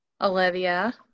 Olivia